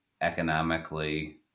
economically